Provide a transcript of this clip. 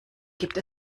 gibt